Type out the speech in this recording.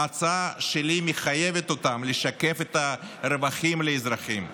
ההצעה שלי מחייבת אותם לשקף את הרווחים לאזרחים.